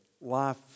life